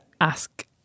ask